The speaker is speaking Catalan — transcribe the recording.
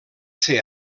ser